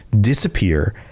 disappear